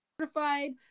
certified